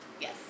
Yes